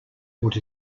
what